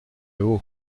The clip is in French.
haut